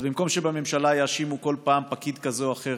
אז במקום שבממשלה יאשימו כל פעם פקיד כזה או אחר